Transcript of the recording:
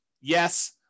Yes